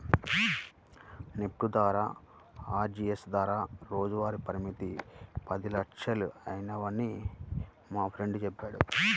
NEFT లేదా RTGS ద్వారా రోజువారీ పరిమితి పది లక్షలేనని మా ఫ్రెండు చెప్పాడు